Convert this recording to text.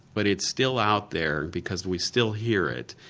but it's still out there, because we still hear it,